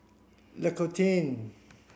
L'Occitane